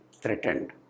threatened